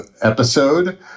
episode